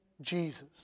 Jesus